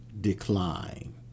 decline